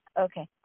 Okay